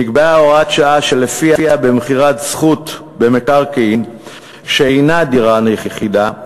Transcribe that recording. נקבעה הוראת שעה שלפיה במכירת זכות במקרקעין שאינם דירה יחידה,